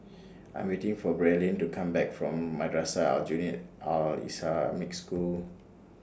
I Am waiting For Braelyn to Come Back from Madrasah Aljunied Al Islamic School